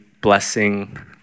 blessing